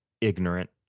ignorant